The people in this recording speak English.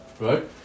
right